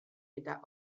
eta